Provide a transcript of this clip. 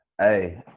hey